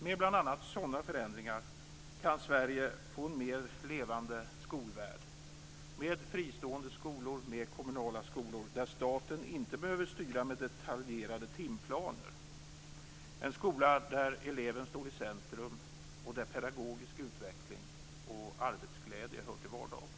Med bl.a. sådana förändringar kan Sverige få en mer levande skolvärld med fristående skolor och kommunala skolor där staten inte behöver styra med detaljerade timplaner, en skola där eleven står i centrum och där pedagogisk utveckling och arbetsglädje hör till vardagen.